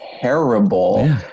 terrible